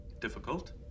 Difficult